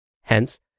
Hence